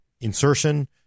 insertion